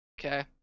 okay